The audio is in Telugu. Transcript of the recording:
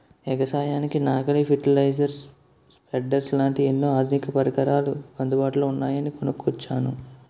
ఎగసాయానికి నాగలి, పెర్టిలైజర్, స్పెడ్డర్స్ లాంటి ఎన్నో ఆధునిక పరికరాలు అందుబాటులో ఉన్నాయని కొనుక్కొచ్చాను